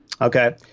okay